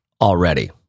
already